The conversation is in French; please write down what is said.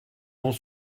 vont